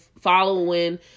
following